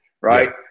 right